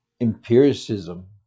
empiricism